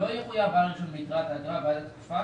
לא יחויב בעל הרישיון ביתרת האגרה בעד התקופה